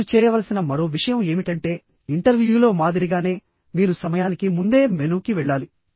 మీరు చేయవలసిన మరో విషయం ఏమిటంటే ఇంటర్వ్యూలో మాదిరిగానే మీరు సమయానికి ముందే మెనూకి వెళ్లాలి